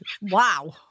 Wow